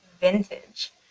vintage